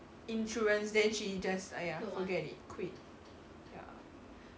insurance then she just !aiya! forget it quit ya